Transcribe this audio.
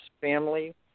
family